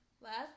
Last